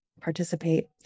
participate